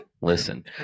listen